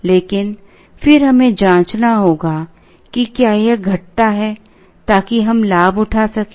लेकिन फिर हमें जांचना होगा कि क्या यह घटता है ताकि हम लाभ उठा सकें